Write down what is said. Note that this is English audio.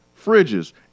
fridges